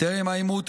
טרם העימות,